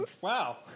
wow